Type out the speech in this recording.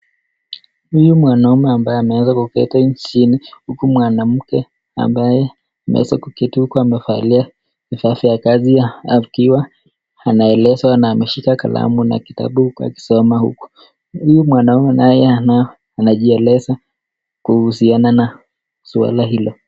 Huyu mwanaume ambaye ameweza kuketi chini, huku mwanamke ambaye anaweza kuketi huku anamevalia vifaa vya kazi yake akiwa anaelezwa na ameshika kalamu na kitabu huku akisoma huku. Huyu mwanaume naye anajieleza kuhusiana na swala hilo.